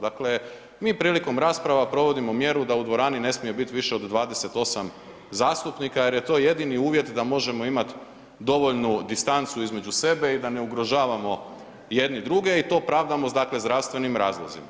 Dakle mi prilikom rasprava provodimo mjeru da u dvorani ne smije bit više od 28 zastupnika jer je to jedini uvjet da možemo imat dovoljnu distancu između sebe i da ne ugrožavamo jedni druge i to pravdamo dakle sa zdravstvenim razlozima.